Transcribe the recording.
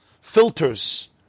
filters